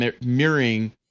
mirroring